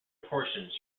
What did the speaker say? proportions